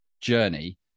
journey